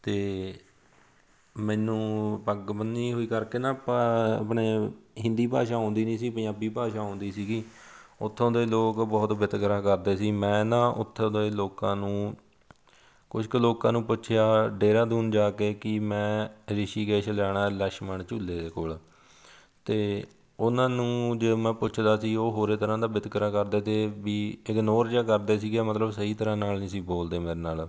ਅਤੇ ਮੈਨੂੰ ਪੱਗ ਬੰਨੀ ਹੋਈ ਕਰਕੇ ਨਾ ਆਪਣੇ ਹਿੰਦੀ ਭਾਸ਼ਾ ਆਉਂਦੀ ਨਹੀਂ ਸੀ ਪੰਜਾਬੀ ਭਾਸ਼ਾ ਆਉਂਦੀ ਸੀਗੀ ਉਥੋਂ ਦੇ ਲੋਕ ਬਹੁਤ ਵਿਤਕਰਾ ਕਰਦੇ ਸੀ ਮੈਂ ਨਾ ਉੱਥੇ ਦੇ ਲੋਕਾਂ ਨੂੰ ਕੁਝ ਕੁ ਲੋਕਾਂ ਨੂੰ ਪੁੱਛਿਆ ਦੇਹਰਾਦੂਨ ਜਾ ਕੇ ਕੀ ਮੈਂ ਰਿਸ਼ੀਕੇਸ਼ ਜਾਣਾ ਲਛਮਣ ਝੂਲੇ ਦੇ ਕੋਲ ਅਤੇ ਉਹਨਾਂ ਨੂੰ ਜੇ ਮੈਂ ਪੁੱਛਦਾ ਸੀ ਉਹ ਹੋਰੇ ਤਰ੍ਹਾਂ ਦਾ ਵਿਤਕਰਾ ਕਰਦੇ ਅਤੇ ਵੀ ਇਗਨੋਰ ਜਿਹਾ ਕਰਦੇ ਸੀਗੇ ਮਤਲਬ ਸਹੀ ਤਰ੍ਹਾਂ ਨਾਲ ਨਹੀਂ ਸੀ ਬੋਲਦੇ ਮੇਰੇ ਨਾਲ